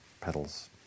petals